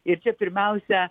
ir čia pirmiausia